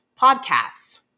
podcasts